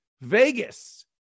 Vegas